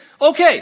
Okay